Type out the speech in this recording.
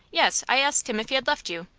yes, i asked him if he had left you.